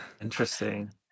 Interesting